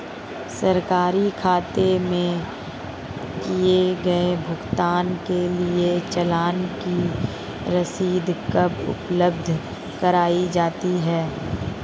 सरकारी खाते में किए गए भुगतान के लिए चालान की रसीद कब उपलब्ध कराईं जाती हैं?